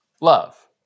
love